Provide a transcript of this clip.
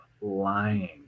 lying